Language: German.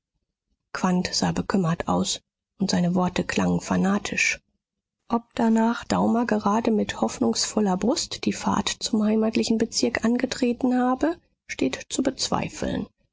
sah bekümmert aus und seine worte klangen fanatisch ob danach daumer gerade mit hoffnungsvoller brust die fahrt zum heimatlichen bezirk angetreten habe steht zu bezweifeln